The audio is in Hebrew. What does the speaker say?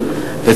הבריאות.